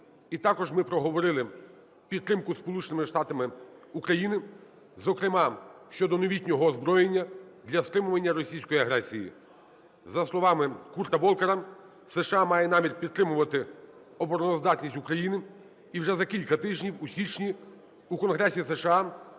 і також ми проговорили підтримку з Сполученими Штатами України, зокрема щодо новітнього озброєння для стримування російської агресії. За словами Курта Волкера, США має намір підтримувати обороноздатність України, і вже за кілька тижнів, у січні, у Конгресі США